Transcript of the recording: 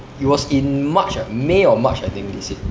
it was in march ah may or march I think they said